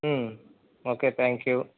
okay thank you